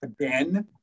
again